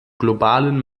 globalen